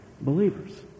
believers